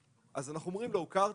אז אנחנו שואלים אותו: "הוכרת?".